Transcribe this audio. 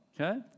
Okay